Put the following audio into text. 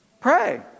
Pray